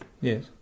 Yes